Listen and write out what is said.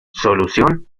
solución